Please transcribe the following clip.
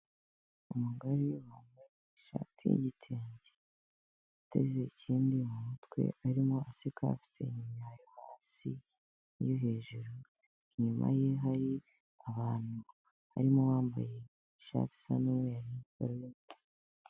Umugore wambaye ishati y'igitenge, yiteze ikindi mu mutwe arimo aseka, afite inyinya hasi n'iyo hejuru inyuma ye hari abantu, harimo uwambaye ishati isa n'umweru.